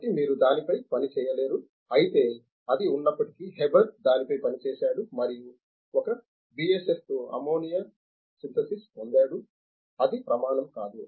కాబట్టి మీరు దీనిపై పని చేయలేరు అయితే అది ఉన్నప్పటికీ హేబర్ దానిపై పనిచేశాడు మరియు ఒక బిఎస్ఎఫ్ తో అమ్మోనియా సింథసిస్ పొందాడు అది ప్రమాణం కాదు